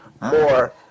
more